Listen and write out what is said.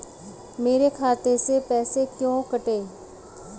मेरे खाते से पैसे क्यों कटे?